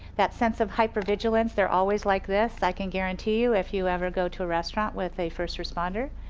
that sense of hyper vigilance, they're always like this. i can guarantee you, if you ever go to a restaurant with a first responder,